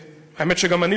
האמת שגם אני,